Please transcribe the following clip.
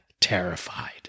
terrified